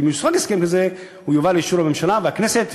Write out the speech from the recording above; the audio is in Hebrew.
אם יושג הסכם כזה הוא יובא לאישור הממשלה והכנסת,